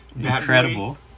Incredible